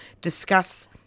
discuss